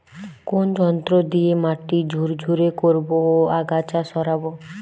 কোন যন্ত্র দিয়ে মাটি ঝুরঝুরে করব ও আগাছা সরাবো?